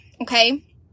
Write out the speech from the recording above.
okay